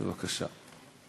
בבקשה.